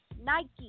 nike